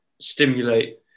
stimulate